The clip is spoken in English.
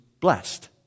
blessed